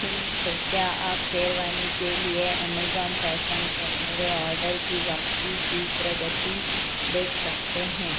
नमस्ते क्या आप शेरवानी के लिए अमेज़ॉन फैशन पर मेरे आर्डर की वापसी की प्रगति देख सकते हैं